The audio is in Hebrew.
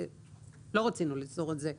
שלא רצינו ליצור את זה,